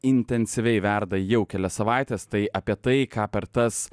intensyviai verda jau kelias savaites tai apie tai ką per tas